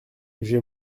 j’ai